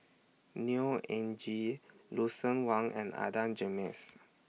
Neo Anngee Lucien Wang and Adan Jimenez